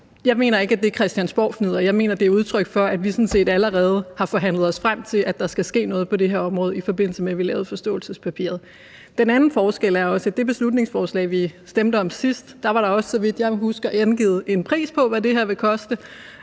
Jeg mener ikke, at det er christiansborgfnidder; jeg mener, det er udtryk for, at vi sådan set allerede har forhandlet os frem til, at der skal ske noget på det her område, i forbindelse med at vi lavede forståelsespapiret. Den anden forskel er også, at i det beslutningsforslag, vi stemte om sidst, var der også, så vidt jeg husker, angivet en pris på, hvad det her vil koste,